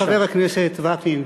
חבר הכנסת וקנין,